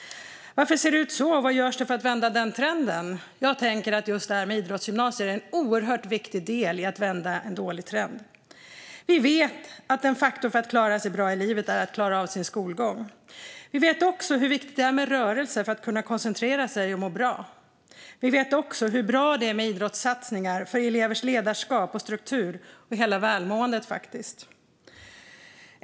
Varför ser det ut så, och vad görs för att vända den trenden? Jag tänker att just detta med idrottsgymnasier är en oerhört viktig del i att vända en dålig trend. Vi vet att en faktor för att klara sig bra i livet är att klara av sin skolgång. Vi vet hur viktigt det är med rörelse för att kunna koncentrera sig och må bra. Vi vet också hur bra det är med idrottssatsningar för elevers ledarskap och struktur - faktiskt för hela välmåendet.